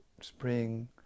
spring